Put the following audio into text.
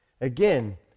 Again